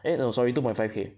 eh no sorry two point five K